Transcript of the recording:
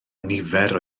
nifer